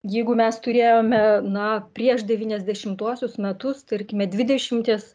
jeigu mes turėjome na prieš devyniasdešimtuosius metus tarkime dvidešimties